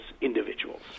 individuals